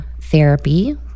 therapy